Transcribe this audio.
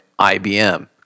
IBM